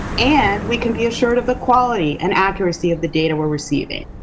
and we can be assured of the quality and accuracy of the data we're receiving.